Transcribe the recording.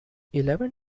eleven